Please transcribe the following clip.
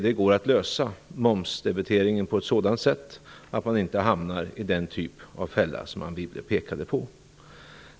Det går att lösa momsdebiteringen på ett sådant sätt att man inte hamnar i den typ av fälla som Anne Wibble pekade på.